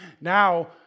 Now